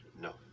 No